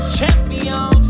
champions